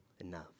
enough